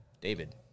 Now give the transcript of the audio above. David